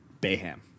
bayham